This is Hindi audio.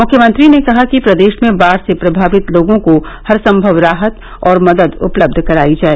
मुख्यमंत्री ने कहा कि प्रदेश में बाढ़ से प्रभावित लोगों को हरसम्भव राहत और मदद उपलब्ध करायी जाए